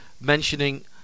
mentioning